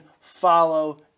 follow